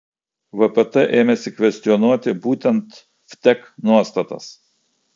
vpt ėmėsi kvestionuoti būtent vtek nuostatas